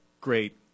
great